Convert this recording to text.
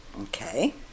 Okay